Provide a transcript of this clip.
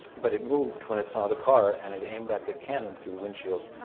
but it moved when it saw the car, and it aimed that big cannon through the windshield,